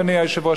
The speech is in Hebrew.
אדוני היושב-ראש,